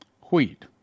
wheat